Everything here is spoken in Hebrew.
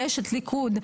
כאשת ליכוד.